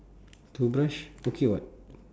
toothbrush okay [what]